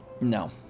No